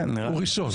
הוא ראשון.